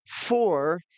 four